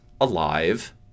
alive